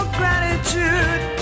gratitude